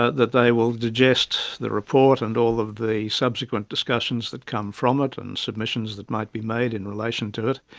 ah that they will digest the report and all of the subsequent discussions that come from it and submissions that might be made in relation to it,